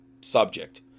subject